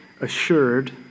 assured